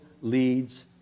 leads